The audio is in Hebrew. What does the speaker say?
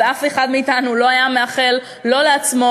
ואף אחד מאתנו לא היה מאחל לא לעצמו